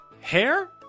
hair